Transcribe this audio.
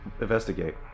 Investigate